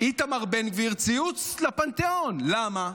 איתמר בן גביר ציוץ לפנתיאון, למה?